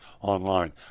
online